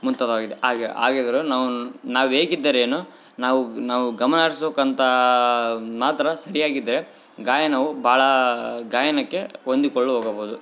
ಮುಂತಾದಾಗಿದೆ ಹಾಗೆ ಆಗಿದ್ದರೂ ನಾವು ನಾವೇಗಿದ್ದರೇನು ನಾವು ನಾವು ಗಮನರ್ಸೋಕ್ಕಂತಾ ಮಾತ್ರ ಸರಿಯಾಗಿದೆ ಗಾಯನವು ಭಾಳ ಗಾಯನಕ್ಕೆ ಹೊಂದಿಕೊಳ್ಳು ಓಗಬೋದು